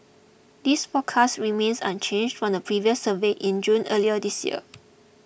this forecast remains unchanged from the previous survey in June earlier this year